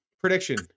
Prediction